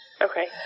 Okay